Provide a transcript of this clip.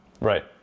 Right